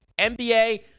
NBA